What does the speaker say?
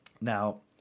Now